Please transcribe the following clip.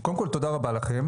קודם כל, תודה רבה לכם.